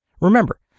Remember